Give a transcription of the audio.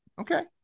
Okay